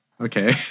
Okay